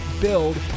build